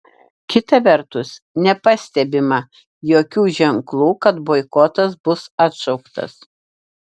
kita vertus nepastebima jokių ženklų kad boikotas bus atšauktas